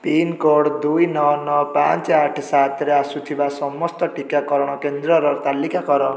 pincode ଦୁଇ ନଅ ନଅ ପାଞ୍ଚ ଆଠ ସାତରେ ଆସୁଥିବା ସମସ୍ତ ଟିକାକରଣ କେନ୍ଦ୍ରର ତାଲିକା କର